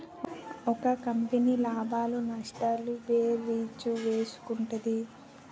ఒక కంపెనీ లాభాలు నష్టాలు భేరీజు వేసుకుంటుంది